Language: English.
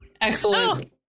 Excellent